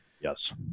Yes